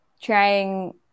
trying